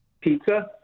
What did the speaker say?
Pizza